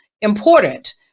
important